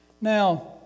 Now